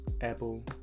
Apple